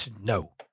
no